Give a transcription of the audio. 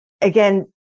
again